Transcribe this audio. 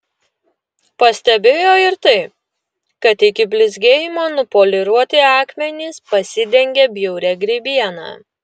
pastebėjo ir tai kad iki blizgėjimo nupoliruoti akmenys pasidengė bjauria grybiena